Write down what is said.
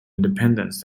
independence